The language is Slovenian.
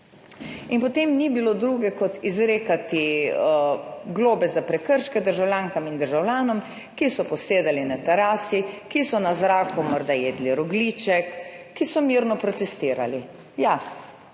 Potem ni bilo druge kot izrekati globe za prekrške državljankam in državljanom, ki so posedali na terasi, ki so na zraku morda jedli rogljiček, ki so mirno protestirali. Ja,